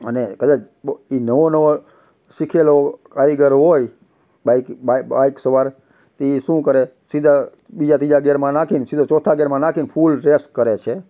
અને કદાચ એ નવો નવો શીખેલો કારીગર હોય બાઇક સવાર તે એ શું કરે સીધા બીજા ત્રીજા ગિયરમાં નાખી ને સીધો ચોથા ગિયરમાં નાખી ને ફૂલ રેસ કરે છે